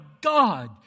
God